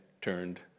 turned